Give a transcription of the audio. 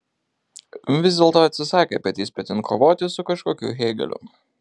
vis dėlto atsisakė petys petin kovoti su kažkokiu hėgeliu